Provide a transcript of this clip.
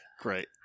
Great